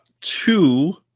Two